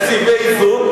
תקציבי איזון,